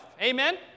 Amen